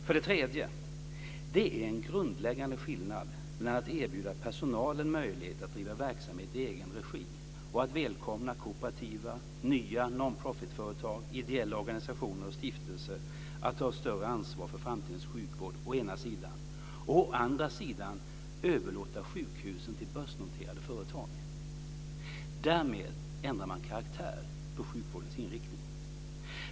För det tredje är det en grundläggande skillnad mellan att å ena sidan erbjuda personalen möjlighet att driva verksamhet i egen regi och att välkomna kooperativa nya non-profit-företag, ideella organisationer och stiftelser att ta ett större ansvar för framtidens sjukvård och å andra sidan överlåta sjukhusen till börsnoterade företag. Därmed ändrar man karaktär på sjukvårdens inriktning.